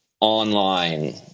online